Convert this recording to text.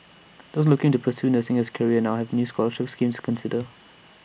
those looking to pursue nursing as A career now have new scholarship schemes consider